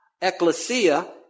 Ecclesia